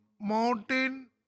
Mountain